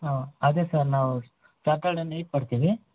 ಹಾಂ ಅದೇ ಸರ್ ನಾವು ಸ್ಯಾಟರ್ಡೇ ನೈಟ್ ಬರ್ತೀವಿ